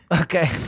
Okay